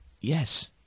Yes